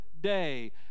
day